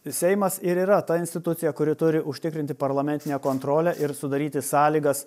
seimas ir yra ta institucija kuri turi užtikrinti parlamentinę kontrolę ir sudaryti sąlygas